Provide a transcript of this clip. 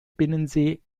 binnensee